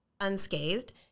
unscathed